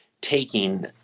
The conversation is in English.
taking